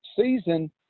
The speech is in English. season